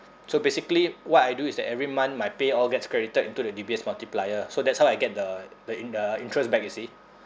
so basically what I do is that every month my pay all gets credited into the D_B_S multiplier so that's how I get the the in~ the interest back you see